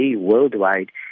worldwide